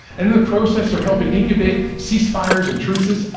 and in the process are helping incubate cease-fires and truces,